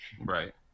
right